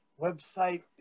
website